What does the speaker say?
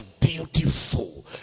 beautiful